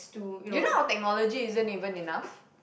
do you know our technology isn't even enough